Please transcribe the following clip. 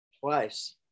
Twice